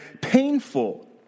painful